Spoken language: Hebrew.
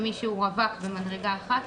למי שהוא רווק במדרגה אחת,